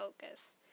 focus